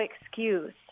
excuse